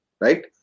right